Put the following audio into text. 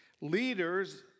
leaders